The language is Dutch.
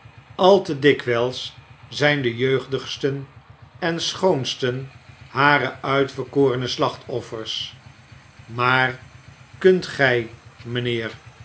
al te dikwijls zijn de jeugdigsten en schoonsten hare uitverkorene slachtoffers maar kunt gij mijnheer